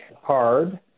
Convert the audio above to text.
hard